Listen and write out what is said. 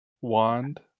wand